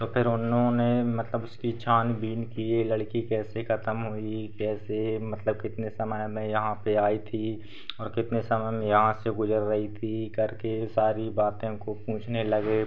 फिर उन्होंने मतलब उसकी छानबीन की लड़की कैसे खतम हुई कैसे मतलब कितने समय में यहाँ पर आई थी और कितने समय में यहाँ से गुजर रही थी करके सारी बातें उनको पूछने लगे